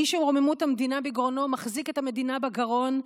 מי שרוממות המדינה בגרונו מחזיק את המדינה בגרון,